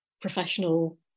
professional